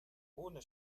ohne